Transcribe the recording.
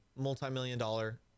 multimillion-dollar